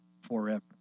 forever